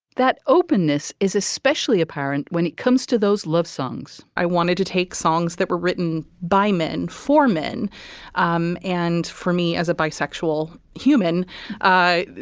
that openness is especially apparent when it comes to those love songs. i wanted to take songs that were written by men for men um and for me as a bisexual human